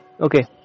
Okay